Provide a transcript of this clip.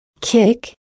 Kick